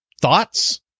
thoughts